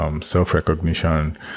self-recognition